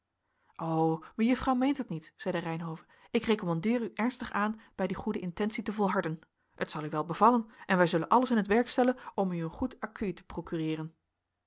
mejuffrouw meent het niet zeide reynhove ik recommandeer u ernstig aan bij die goede intentie te volharden het zal u wel bevallen en wij zullen alles in t werk stellen om u een goed accueil te procureeren